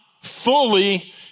fully